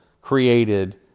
created